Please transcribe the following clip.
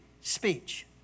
speech